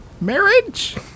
Marriage